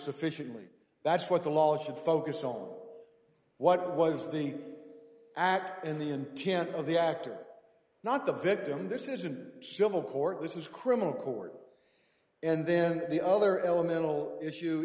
sufficiently that's what the law should focus on what was the act and the intent of the actor not the victim and this isn't civil court this is criminal court and then the other elemental issue